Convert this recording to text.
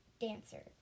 dancer